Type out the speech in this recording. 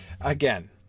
again